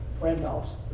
Randolph's